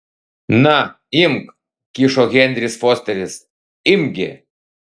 na imk kišo henris fosteris imk gi